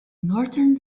northern